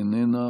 איננה,